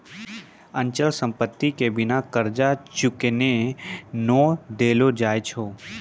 अचल संपत्ति के बिना कर्जा चुकैने नै देलो जाय छै